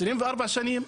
24 שנים,